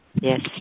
yes